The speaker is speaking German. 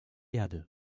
erde